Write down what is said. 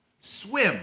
Swim